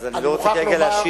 אז אני לא רוצה כרגע להשיב,